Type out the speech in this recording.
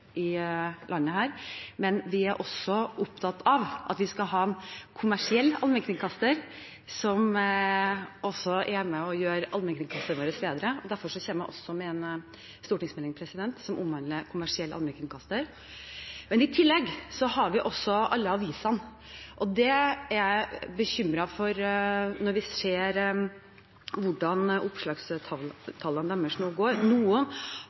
i dette landet, men vi er også opptatt av at vi skal ha en kommersiell allmennkringkaster som også er med og gjør allmennkringkastingen vår bedre. Derfor kommer jeg også med en stortingsmelding som omhandler en kommersiell allmennkringkaster. Men i tillegg har vi også alle avisene, og jeg er bekymret når jeg ser hvordan opplagstallene deres nå går. Noen er godt i gang med omstilling, nyskaping, innovasjon, og det er gledelig å besøke noen